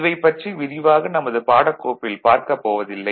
இவை பற்றி விரிவாக நமது பாடக் கோப்பில் பார்க்கப் போவதில்லை